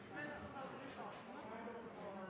men Fremskrittspartiet er utålmodig på